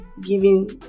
giving